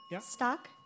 Stock